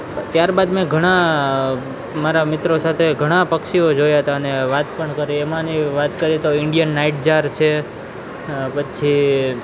ત્યાર બાદ મેં ઘણા મારા મિત્રો સાથે ઘણા પક્ષીઓ જોયા હતા અને વાત પણ કરી એમાંની વાત કરી તો ઇન્ડિયન નાઈટ જાર છે પછી